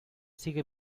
sigue